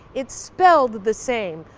it's spelled the same,